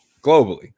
globally